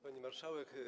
Pani Marszałek!